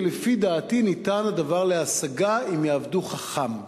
ולפי דעתי ניתן הדבר להשגה אם יעבדו חכם.